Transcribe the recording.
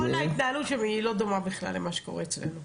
כל ההתנהלות שם לא דומה בכלל למה שקורה אצלנו.